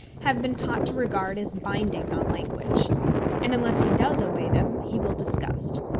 have been taught to regard as binding on language and unless he does obey them, he will disgust.